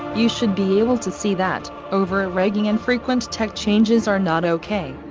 you should be able to see that, over ah regging and frequent tech changes are not ok,